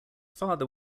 father